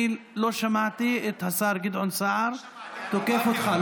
אני לא שמעתי את השר גדעון סער תוקף אותך.